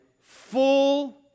full